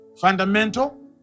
Fundamental